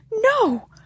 no